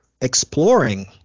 exploring